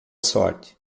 sorte